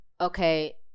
okay